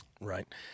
Right